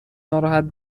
ناراحت